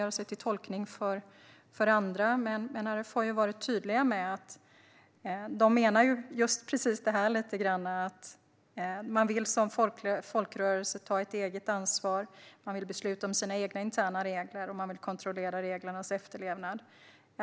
RF har ju varit tydligt med att man som folkrörelse vill ta ett eget ansvar, besluta om sina egna interna regler och kontrollera reglernas efterlevnad.